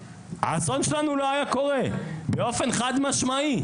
האסון שלנו לא היה קורה, באופן חד משמעי.